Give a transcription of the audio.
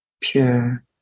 pure